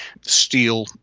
steel